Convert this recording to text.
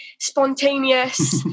spontaneous